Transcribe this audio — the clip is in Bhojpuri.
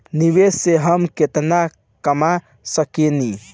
निवेश से हम केतना कमा सकेनी?